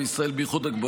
ובישראל בייחוד,